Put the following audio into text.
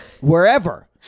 wherever